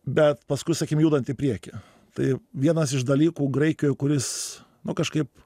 bet paskui sakykim judant į priekį tai vienas iš dalykų graikijoj kuris kažkaip